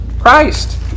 christ